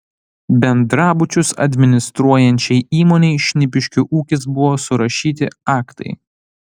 bendrabučius administruojančiai įmonei šnipiškių ūkis buvo surašyti aktai